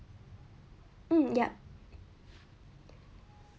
um yup